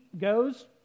goes